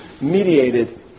mediated